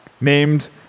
named